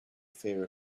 fear